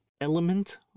element